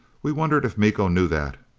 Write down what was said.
we wondered if miko knew that.